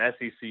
sec